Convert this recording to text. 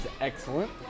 Excellent